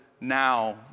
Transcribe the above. now